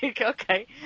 okay